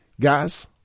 Guys